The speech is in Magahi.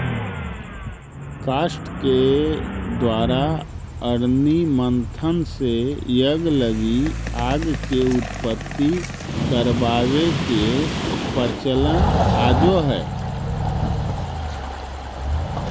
काष्ठ के द्वारा अरणि मन्थन से यज्ञ लगी आग के उत्पत्ति करवावे के प्रचलन आजो हई